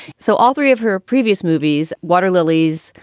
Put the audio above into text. so all three of her previous movies, water lilies,